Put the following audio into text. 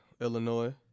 Illinois